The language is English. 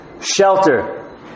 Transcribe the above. shelter